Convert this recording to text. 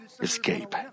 escape